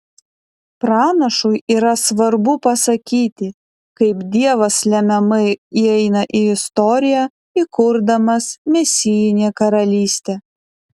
pranašui yra svarbu pasakyti kaip dievas lemiamai įeina į istoriją įkurdamas mesijinę karalystę